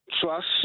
trust